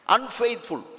Unfaithful